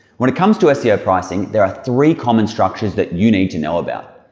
when it comes to seo pricing there are three common structures that you need to know about.